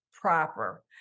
proper